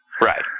Right